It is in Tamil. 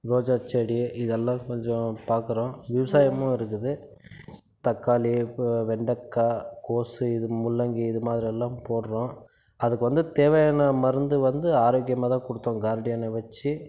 ரோஜா செடி இதெல்லாம் கொஞ்சம் பார்க்கறோம் விவசாயமும் இருக்குது தக்காளி இப்போ வெண்டைக்கா கோஸு இது முள்ளங்கி இது மாதிரி எல்லாம் போடுகிறோம் அதுக்கு வந்து தேவையான மருந்து வந்து ஆரோக்கியமாக தான் கொடுத்தோம் கார்டியனை வெச்சு